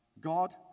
God